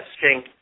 testing